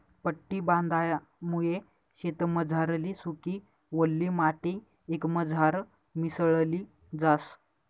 पट्टी बांधामुये शेतमझारली सुकी, वल्ली माटी एकमझार मिसळी जास